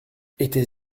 était